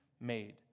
made